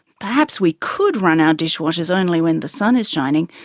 perhaps we could run our dishwashers only when the sun is shining,